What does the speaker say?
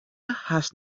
hast